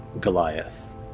goliath